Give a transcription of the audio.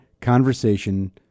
conversation